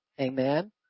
Amen